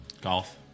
golf